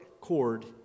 cord